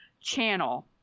channel